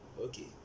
okay